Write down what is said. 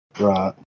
Right